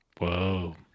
whoa